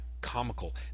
comical